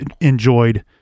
enjoyed